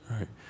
Right